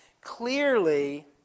clearly